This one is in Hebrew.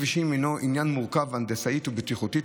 כבישים הינו עניין מורכב הנדסית ובטיחותית,